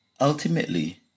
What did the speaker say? ultimately